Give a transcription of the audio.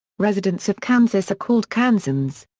residents of kansas are called kansans.